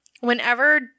whenever